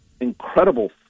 incredible